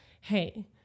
hey